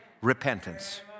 Repentance